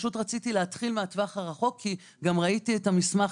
רציתי להתחיל מהטווח הרחוק כי ראיתי את המסמך